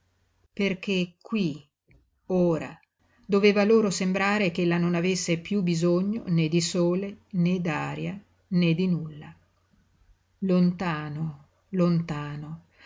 perché qui ora doveva loro sembrare ch'ella non avesse piú bisogno né di sole né d'aria né di nulla lontano lontano